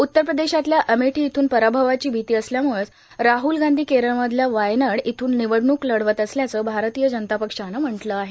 उत्तरप्रदेशातल्या अमेठी इथून पराभवाची भीती असल्यामुळेच राहल गांधी केरळमधल्या वायनाड इथूनही निवडणुक लढवत असल्याचं भारतीय जनता पक्षानं म्हटलं आहे